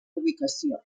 ubicació